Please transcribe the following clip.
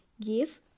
Give